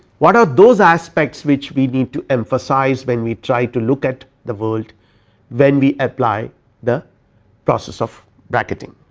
what are those aspects which we need to emphasize when we try to look at the world when we apply the process of bracketing.